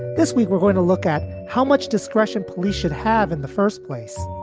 this week we're going to look at how much discretion police should have in the first place.